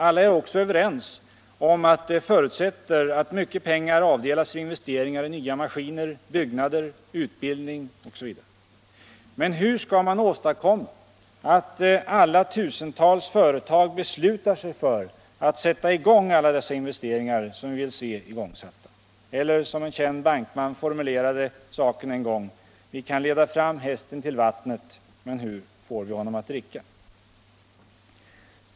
Alla är också överens om att detta förutsätter att mycket pengar avdelas för investeringar i nya maskiner, byggnader, utbildning etc. Men hur skall man åstadkomma att våra tusentals företag beslutar sig för att sätta i gång alla dessa investeringar som vi vill se igångsatta? Eller som en känd bankman formulerade saken en gång: Vi kan leda fram hästen till vattnet, men hur får vi honom att dricka?